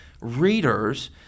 readers